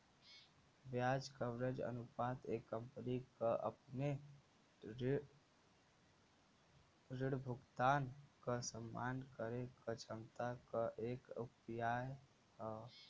ब्याज कवरेज अनुपात एक कंपनी क अपने ऋण भुगतान क सम्मान करे क क्षमता क एक उपाय हौ